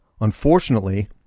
Unfortunately